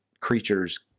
creatures